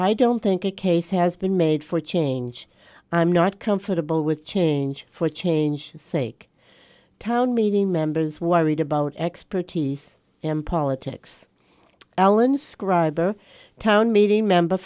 i don't think a case has been made for a change i'm not comfortable with change for change sake town meeting members worried about expertise in politics alan scriber town meeting